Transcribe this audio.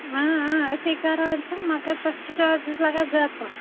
اۭں اۭں أسے کَران چھِ مگر تَتھ چھِ چارجِز لگان زیادٕ پَہَم